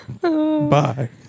Bye